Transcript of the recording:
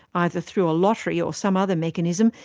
either through a lottery or some other mechanism,